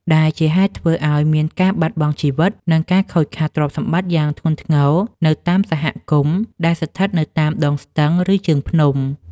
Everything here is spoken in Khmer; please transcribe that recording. ដែលជាហេតុធ្វើឱ្យមានការបាត់បង់ជីវិត និងការខូចខាតទ្រព្យសម្បត្តិយ៉ាងធ្ងន់ធ្ងរនៅតាមសហគមន៍ដែលស្ថិតនៅតាមដងស្ទឹង ឬជើងភ្នំ។